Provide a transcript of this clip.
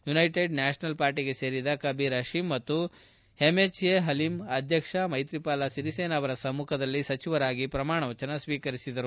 United national ಪಾರ್ಟಿಗೆ ಸೇರಿದ ಕಬೀರ್ ಪಶೀಮ್ ಮತ್ತು ಎಂಹೆಚ್ಎ ಪಲೀಂ ಅಧ್ಯಕ್ಷ ಮೈತ್ರಿವಾಲ ಸಿರಿಸೇನಾ ಅವರ ಸಮ್ಮಖದಲ್ಲಿ ಸಚಿವರಾಗಿ ಪ್ರಮಾಣವಚನ ಸ್ವೀಕರಿಸಿದ್ದರು